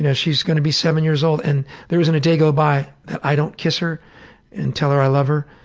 and she's gonna be seven years old and there isn't a day goes by that i don't kiss her and tell her i love her.